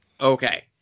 okay